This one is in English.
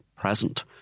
present